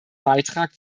beitrag